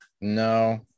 no